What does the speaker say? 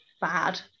bad